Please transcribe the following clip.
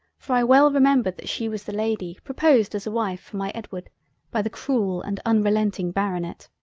for i well remembered that she was the lady, proposed as a wife for my edward by the cruel and unrelenting baronet.